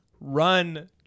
run